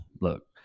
look